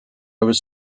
was